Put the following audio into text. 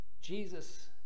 Jesus